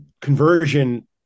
conversion